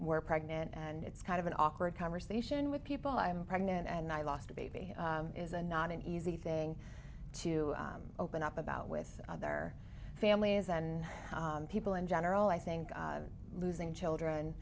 were pregnant and it's kind of an awkward conversation with people i'm pregnant and i lost a baby is a not an easy thing to open up about with other families and people in general i think losing children